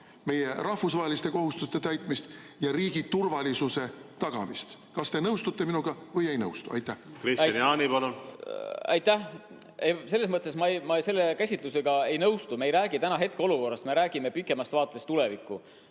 meie rahvusvaheliste kohustuste täitmist ja riigi turvalisust. Kas te nõustute minuga või ei nõustu? Kristian Jaani, palun! Kristian Jaani, palun! Aitäh! Selles mõttes ma selle käsitlusega ei nõustu, et me ei räägi täna hetkeolukorrast, me räägime pikemast vaatest tulevikku.